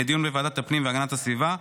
לדיון בוועדת הפנים והגנת הסביבה.